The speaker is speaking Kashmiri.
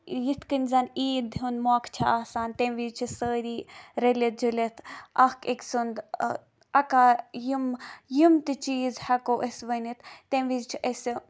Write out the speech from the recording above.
یِتھ کٔنۍ زَن عیٖد ہُند موقع چھُ آسان تَمہِ وِزِ چھِ سٲری رٔلِتھ جُلِتھ اکھ أکۍ سُند اَکار یِم یِم تہِ چیٖز ہیٚکو أسۍ ؤنِتھ تَمہِ وِزِ چھِ أسہِ